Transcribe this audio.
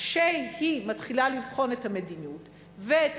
כשהיא מתחילה לבחון את המדיניות ואת